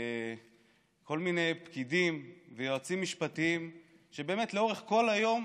כל מיני פקידים ויועצים משפטיים שבאמת לאורך כל היום